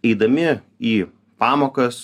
eidami į pamokas